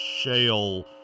shale